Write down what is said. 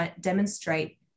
demonstrate